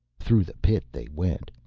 through the pit they went.